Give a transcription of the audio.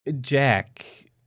Jack